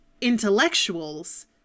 intellectuals